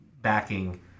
backing